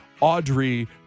Audrey